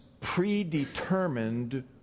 predetermined